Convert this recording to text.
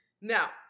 Now